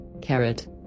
Carrot